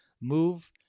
move